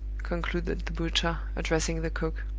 concluded the butcher, addressing the cook,